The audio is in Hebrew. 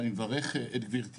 נכון, בחולון.